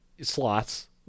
slots